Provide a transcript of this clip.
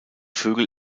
vögel